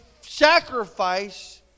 sacrifice